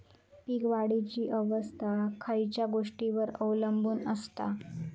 पीक वाढीची अवस्था खयच्या गोष्टींवर अवलंबून असता?